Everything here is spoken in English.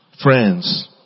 Friends